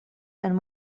and